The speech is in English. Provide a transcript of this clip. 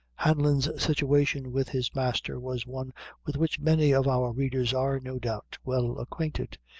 hanlon's situation with his master was one with which many of our readers are, no doubt, well acquainted.